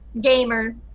gamer